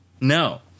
no